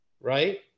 Right